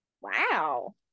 Wow